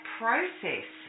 process